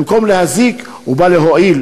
במקום להזיק, הוא בא להועיל.